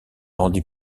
rendit